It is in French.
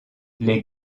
les